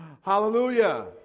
Hallelujah